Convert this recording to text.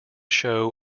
show